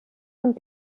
und